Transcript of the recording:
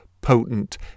Potent